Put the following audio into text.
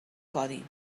codi